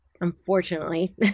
unfortunately